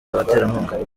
abaterankunga